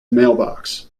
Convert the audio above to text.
mailbox